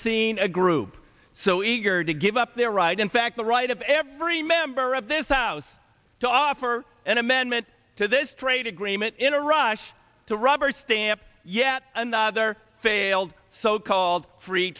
seen a group so eager to give up their right in fact the right of every member of this house to offer an amendment to this trade agreement in a rush to rubber stamp yet another failed so called free